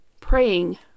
praying